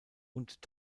und